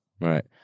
right